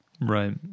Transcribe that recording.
Right